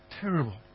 Terrible